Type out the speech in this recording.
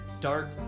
dark